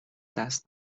دست